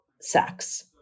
sex